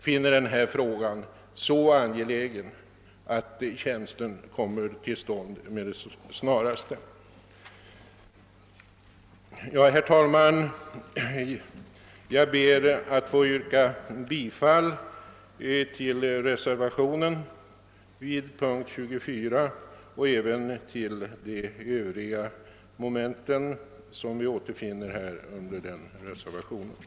Jag ber att beträffande momenten 4—7 få yrka bifall till reservationen 5 vid punkten 24.